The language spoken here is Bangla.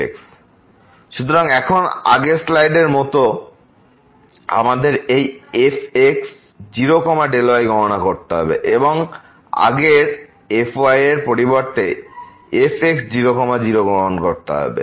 fx∂yfx0Δy fx00Δy সুতরাং এখন আগের স্লাইডের মতো আমাদের এই fx0 Δyগণনা করতে হবে এবং আগের fy এর পরিবর্তে fx0 0 হবে